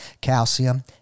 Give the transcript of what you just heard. calcium